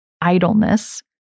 idleness